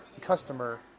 customer